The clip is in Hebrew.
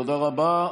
תודה רבה.